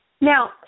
Now